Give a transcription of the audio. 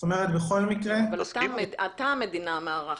זאת אומרת בכל מקרה --- אבל אתה המדינה המארחת.